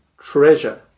treasure